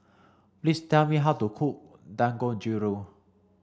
please tell me how to cook Dangojiru